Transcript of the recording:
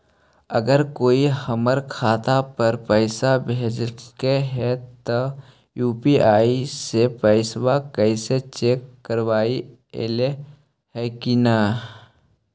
अगर कोइ हमर खाता पर पैसा भेजलके हे त यु.पी.आई से पैसबा कैसे चेक करबइ ऐले हे कि न?